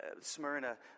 Smyrna